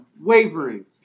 wavering